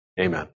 Amen